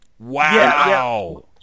Wow